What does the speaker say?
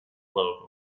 glove